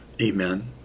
Amen